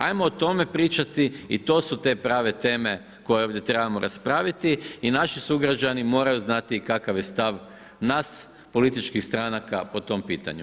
Ajmo o tome pričati i to su te prave teme koje ovdje trebamo raspraviti i naši sugrađani moraju znati kakav je stav nas, političkih stranaka po tom pitanju.